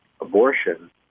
Abortion